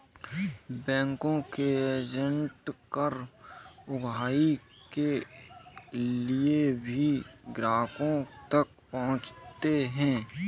bank के agent कर उगाही के लिए भी ग्राहकों तक पहुंचते हैं